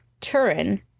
Turin